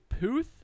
Puth